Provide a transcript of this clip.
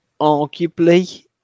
arguably